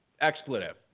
expletive